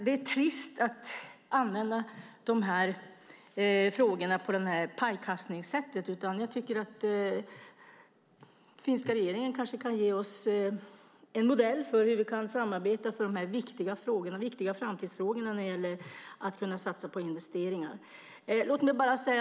Det är trist att man använder frågorna på det här pajkastningssättet. Den finska regeringen kanske kan ge oss en modell för hur vi kan samarbeta i de här viktiga framtidsfrågorna när det gäller att kunna satsa på investeringar.